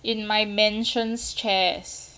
in my mansion's chest